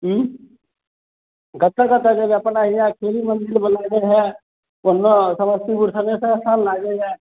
उह कत्तऽ कत्तऽ जेबऽ चलऽ हीआँ सिबी मन्दिरमे लागै हए तऽ नहि समस्तीपुर थनेसर स्थान लागैए